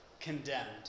condemned